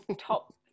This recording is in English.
top